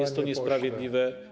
Jest to niesprawiedliwe.